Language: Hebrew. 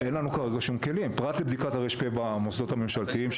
כרגע אין לנו שום כלים; פרט לבדיקת הר"פ במוסדות הממשלתיים,